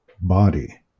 body